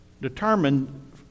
determined